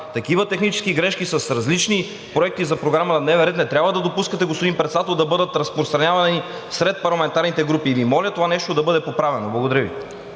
Такива технически грешки с различни проекти за програма на дневен ред не трябва да допускате, господин Председател, да бъдат разпространявани сред парламентарните групи. И Ви моля това нещо да бъде поправено. Благодаря Ви.